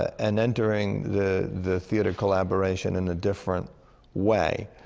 and entering the the theatre collaboration in a different way.